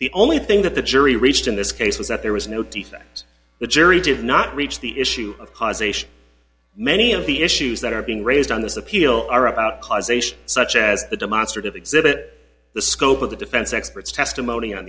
the only thing that the jury reached in this case was that there was no defect the jury did not reach the issue of causation many of the issues that are being raised on this appeal are such as the demonstrative exhibit the scope of the defense experts testimony on